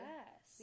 Yes